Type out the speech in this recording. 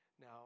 Now